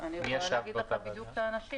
מי ישב באותה ועדה?